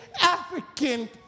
African